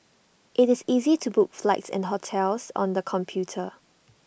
IT is easy to book flights and hotels on the computer